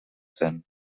zen